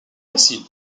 facile